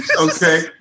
Okay